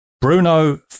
Bruno